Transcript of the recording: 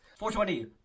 420